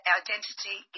identity